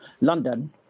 London